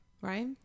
Right